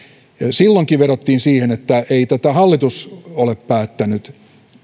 silloinkin vedottiin siihen että ei tätä hallitus ole päättänyt